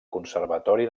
conservatori